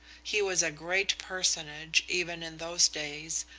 he was a great personage even in those days,